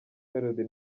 melodie